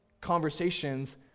conversations